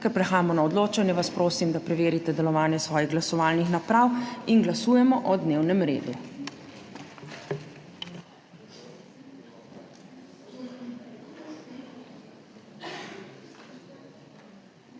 Ker prehajamo na odločanje, vas prosim, da preverite delovanje svojih glasovalnih naprav. Glasujemo. Nismo